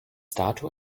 dato